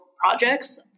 projects